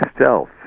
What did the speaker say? Stealth